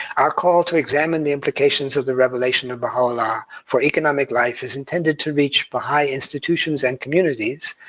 our call to examine the implications of the revelation of baha'u'llah for economic life is intended to reach baha'i institutions and communities,